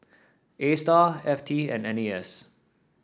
Astar F T and N A S